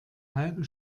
halbe